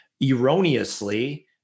erroneously